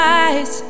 eyes